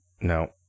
no